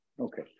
Okay